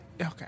okay